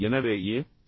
எனவே ஏ திரு